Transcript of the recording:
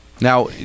Now